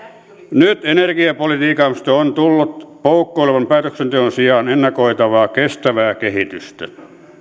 nyt energiapolitiikasta on tullut poukkoilevan päätöksenteon sijaan ennakoitavaa kestävää kehitystä